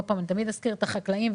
אני תמיד אזכיר את החקלאים,